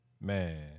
Man